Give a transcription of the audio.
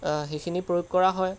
সেইখিনি প্ৰয়োগ কৰা হয়